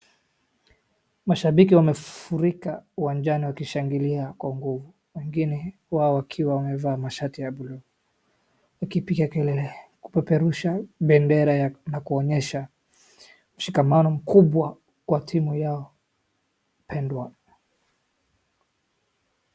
Mashabiki wamefurika uwanjani wakishangilia kwa nguvu. Wengine wao wakiwa wamevaa mashati ya bluu wakipiga kelele kupeperusha bendera na kuonyesha mshikamano mkubwa kwa timu yao pendwa.